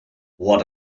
what